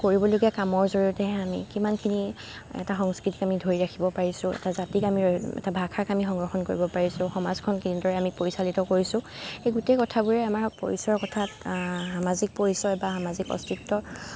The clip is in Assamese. আমি কৰিবলগীয়া কামৰ জৰিয়তেহে আমি কিমানখিনি এটা সংস্কৃতিক আমি ধৰি ৰাখিব পাৰিছোঁ এটা জাতিক আমি এটা ভাষাক আমি সংৰক্ষণ কৰিব পাৰিছোঁ সমাজখন কেনেদৰে আমি পৰিচালিত কৰিছোঁ এই গোটেই কথাবোৰে আমাৰ পৰিচয়ৰ কথাত সামাজিক পৰিচয় বা সামাজিক অস্তিত্বৰ